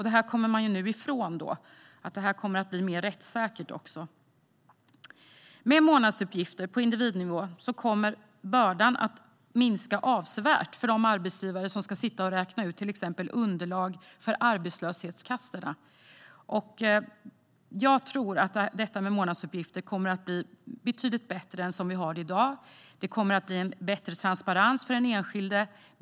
Det kommer man nu ifrån. Det här kommer att bli mer rättssäkert. Med månadsuppgifter på individnivå kommer bördan att minska avsevärt för de arbetsgivare som ska sitta och räkna ut till exempel underlag för arbetslöshetskassorna. Jag tror att månadsuppgifter kommer att bli betydligt bättre än det system vi har i dag. Det kommer att bli större transparens för den enskilde.